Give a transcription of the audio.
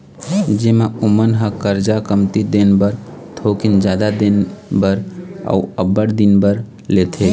जेमा ओमन ह करजा कमती दिन बर, थोकिन जादा दिन बर, अउ अब्बड़ दिन बर लेथे